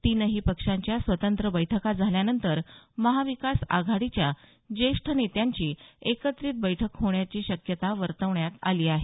तीनही पक्षांच्या स्वतंत्र बैठका झाल्यानंतर महाविकास आघाडीच्या ज्येष्ठ नेत्यांची एकत्रित बैठक होण्याची शक्यता वर्तवण्यात आली आहे